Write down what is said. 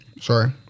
Sorry